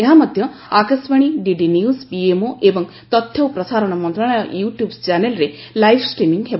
ଏହା ମଧ୍ୟ Akashvani DD news PMO ଏବଂ ତଥ୍ୟ ଓ ପ୍ରସାରଣ ମନ୍ତ୍ରଣାଳୟ ୟୁଟ୍ୟୁବ୍ ଚ୍ୟାନେଲ୍ରେ ଲାଇଭ୍ ଷ୍ଟ୍ରିମି ହେବ